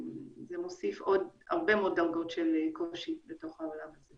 זה מוסיף הרבה מאוד דרגות של קושי בתוך העולם הזה.